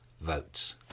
votes